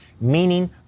meaning